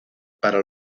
para